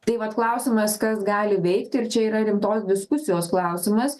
tai vat klausimas kas gali veikti ir čia yra rimtos diskusijos klausimas